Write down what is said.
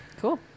Cool